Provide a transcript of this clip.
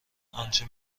آنچه